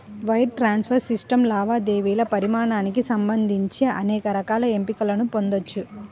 wire transfer system లావాదేవీల పరిమాణానికి సంబంధించి అనేక రకాల ఎంపికలను పొందొచ్చు